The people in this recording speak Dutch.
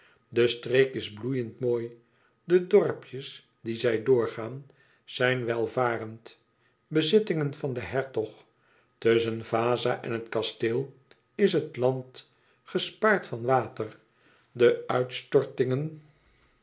de streek is bloeiend mooi de dorpjes die zij doorgaan zijn welvarend bezittingen van den hertog tusschen vaza en het kasteel is het land gespaard van water de uitstortingen